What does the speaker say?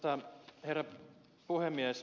arvoisa herra puhemies